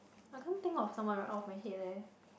I can't think of someone right off my head eh